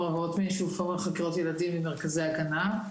חקירות ילדים ממרכזי הגנה,